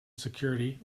security